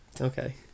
Okay